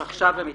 עכשיו הם התחדשו.